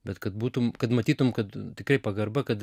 bet kad būtum kad matytum kad tikrai pagarba kad